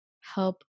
help